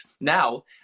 Now